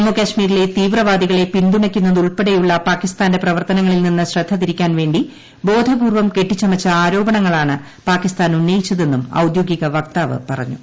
ജമ്മു കശ്മീരിലെ തീവ്രവാദികളെ പിന്തുണയ്ക്കുന്നതുൾപ്പെടെയുള്ള പാകിസ്ഥാന്റെ പ്രവർത്തനങ്ങളിൽ നിന്ന് ശ്രദ്ധ തിരിയ്ക്കാൻ വേണ്ടി ബോധപൂർവ്വം കെട്ടിച്ചമച്ച ആരോപണങ്ങളാണ് പാകിസ്ഥാൻ ഉന്നയിച്ചതെന്നും ഔദ്യോഗിക വക്താവ് പറഞ്ഞു